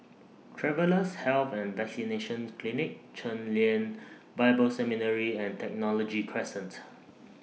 Travellers' Health and Vaccination Clinic Chen Lien Bible Seminary and Technology Crescent